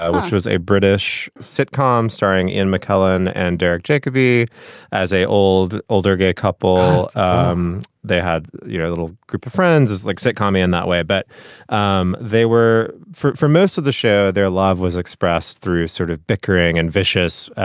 ah which was a british sitcom starring in mckellen and derek jacoby as a old older gay couple um they had you know a little group of friends is like sitcom in that way, but um they were for for most of the show their love was expressed through sort of bickering and vicious